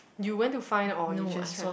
you went to find or you just